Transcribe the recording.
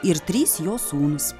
ir trys jo sūnūs